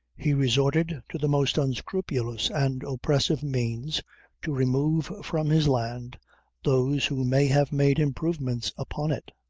he resorted to the most unscrupulous and oppressive means to remove from his land those who may have made improvements upon it,